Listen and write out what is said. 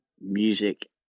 music